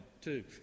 two